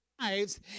lives